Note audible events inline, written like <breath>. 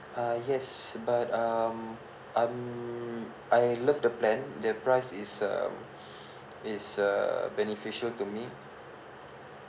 uh yes but um I'm I love the plan the price is um <breath> it's uh beneficial to me